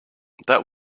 that